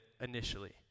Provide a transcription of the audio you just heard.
initially